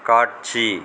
காட்சி